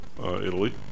Italy